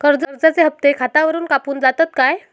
कर्जाचे हप्ते खातावरून कापून जातत काय?